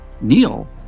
Neil